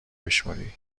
بشمری